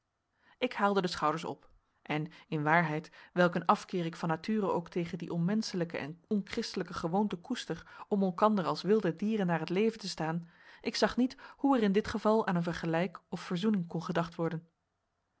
ik haalde de schouders op en in waarheid welk een afkeer ik van nature ook tegen die onmenschelijke en onchristelijke gewoonte koester om elkander als wilde dieren naar het leven te staan ik zag niet hoe er in dit geval aan een vergelijk of verzoening kon gedacht worden